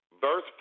Verse